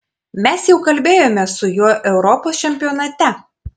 mes jau kalbėjome su juo europos čempionate